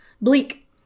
bleak